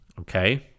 okay